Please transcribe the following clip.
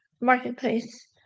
Marketplace